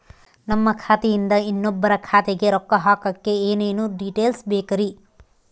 ನಮ್ಮ ಖಾತೆಯಿಂದ ಇನ್ನೊಬ್ಬರ ಖಾತೆಗೆ ರೊಕ್ಕ ಹಾಕಕ್ಕೆ ಏನೇನು ಡೇಟೇಲ್ಸ್ ಬೇಕರಿ?